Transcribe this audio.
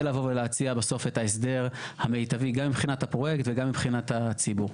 לבוא ולהציע בסוף את ההסדר המיטב גם מבחינת הפרויקט וגם מבחינת הציבור.